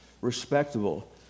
Respectable